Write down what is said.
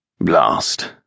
Blast